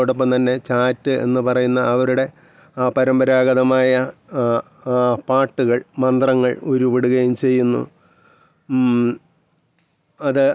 ഉണ്ട് നമ്മൾ ഏതൊരു ചിത്ര ഓ ഏതൊരു ചിത്രത്തിലായാലും എന്തെങ്കിലും ഒരര്ത്ഥമോ അതിന് അതിനെന്തെങ്കിലും ഒരു മീനിംഗ് കാണുമത് വരയ്ക്കുന്നതിൽ പക്ഷെ നമുക്കത് പലപ്പോഴും അതു മനസ്സിലാകുന്നില്ല